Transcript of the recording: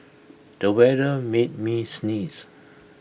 the weather made me sneeze